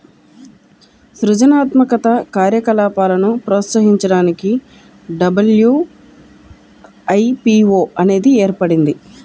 సృజనాత్మక కార్యకలాపాలను ప్రోత్సహించడానికి డబ్ల్యూ.ఐ.పీ.వో అనేది ఏర్పడింది